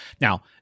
Now